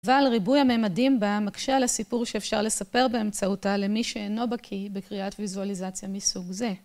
אבל ריבוי הממדים בה, מקשה על הסיפור שאפשר לספר באמצעותה למי שאינו בקיא בקריאת ויזואליזציה מסוג זה.